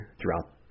throughout